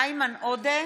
איימן עודה,